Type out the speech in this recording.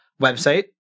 Website